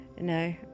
no